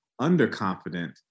underconfident